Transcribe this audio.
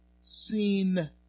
seen